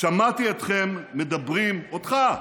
שמעתי אתכם מדברים, אותך,